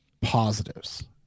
positives